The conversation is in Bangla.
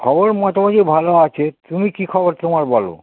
খবর মোটামুটি ভালো আছে তুমি কি খবর তোমার বলো